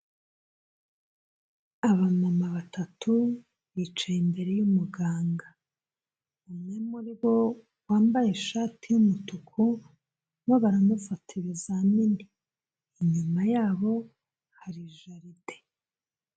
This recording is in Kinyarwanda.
Abamama batatu bicaye imbere y'umuganga, umwe muri bo wambaye ishati y'umutuku we baramufata ibizamini, inyuma yabo hari jaride.